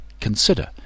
consider